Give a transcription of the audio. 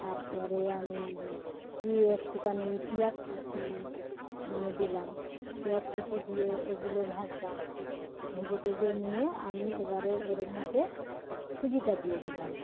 তারপরে আমি ইয়ে একটুখানি পিঁয়াজ কুচি নিয়ে দিলাম পিঁয়াজ কুচি দিয়ে এগুলো ভাজলাম ভেজে টেজে নিয়ে আমি এবারে এর মধ্যে সুজিটা দিয়ে দিলাম